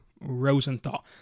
Rosenthal